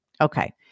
Okay